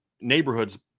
neighborhoods